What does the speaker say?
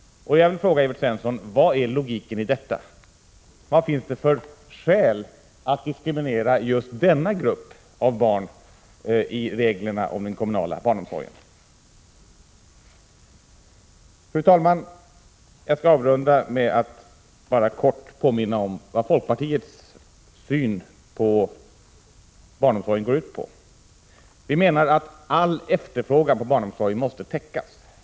Här vill jag fråga Evert Svensson: Var är logiken i detta? Vad finns det för skäl att diskriminera just denna grupp av barn i reglerna om den kommunala barnomsorgen? Fru talman! Jag skall avrunda med att kort påminna om vad folkpartiets syn på barnomsorgen går ut på. Vi menar att all efterfrågan på barnomsorg måste täckas.